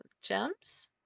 gems